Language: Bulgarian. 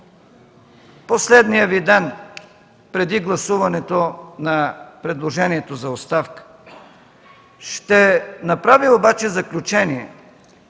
последния Ви ден преди гласуването на предложението за оставка. Ще направя обаче заключение,